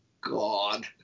God